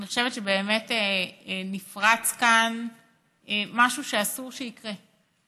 אני חושבת שבאמת נפרץ כאן משהו שאסור שיקרה.